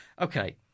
Okay